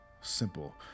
simple